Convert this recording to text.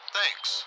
Thanks